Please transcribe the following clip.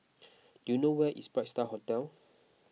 do you know where is Bright Star Hotel